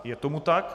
Je tomu tak.